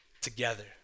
together